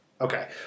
Okay